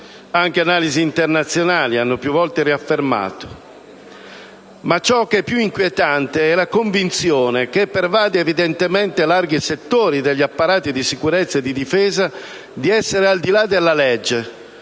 anche analisi internazionali hanno più volte riaffermato. Ma ciò che è più inquietante è la convinzione, che pervade evidentemente larghi settori degli apparati di sicurezza e di difesa, di essere al di là della legge,